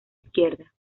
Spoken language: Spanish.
izquierda